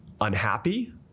unhappy